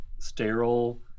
sterile